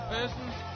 Persons